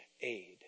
aid